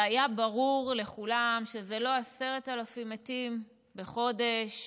והיה ברור לכולם שזה לא 10,000 מתים בחודש.